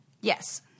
Yes